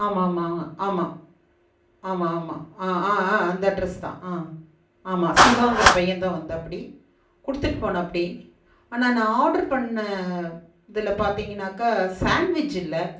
ஆமாம் ஆமாம் ஆமாம் ஆமாம் ஆமாம் ஆஆஆ அந்த அட்ரஸ் தான் ஆ ஆமாம் சிவாங்கிற பையன்தான் வந்தாப்பிடி கொடுத்துட்டு போனாப்பிடி ஆனால் நான் ஆர்ட்ரு பண்ண இதில் பார்த்திங்கனாக்கா சேண்ட்விஜ் இல்லை